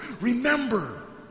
Remember